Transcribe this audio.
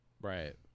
Right